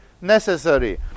necessary